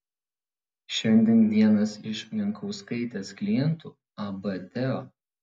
šiandien vienas iš jankauskaitės klientų ab teo